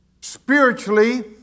Spiritually